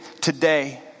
today